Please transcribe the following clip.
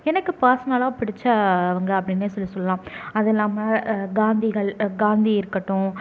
எனக்கு பர்சனலாக பிடிச்ச அவங்க அப்படின்னே சொல்லி சொல்லலாம் அதுவும் இல்லாமல் காந்திகள் காந்தி இருக்கட்டும்